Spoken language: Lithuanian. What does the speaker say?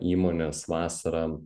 įmonės vasarą